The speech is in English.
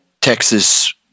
Texas